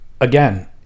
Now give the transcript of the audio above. again